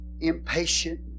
impatient